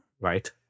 Right